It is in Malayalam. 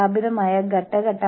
അതാണ് സംഘടന